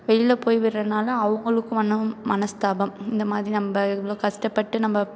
வெளியில் போய் விட்றதுனால அவங்களுக்கு வந்து மனஸ்தாபம் இந்தமாதிரி நம்ம இவ்வளோ கஷ்டப்பட்டு நம்ம